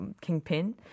kingpin